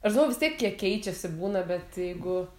aš galvoju vis tiek kie keičiasi būna bet jeigu